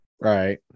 right